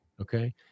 Okay